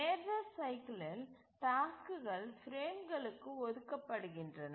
major சைக்கிலில் டாஸ்க்குகள் பிரேம்களுக்கு ஒதுக்கப்படுகின்றன